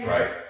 Right